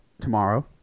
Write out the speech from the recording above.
tomorrow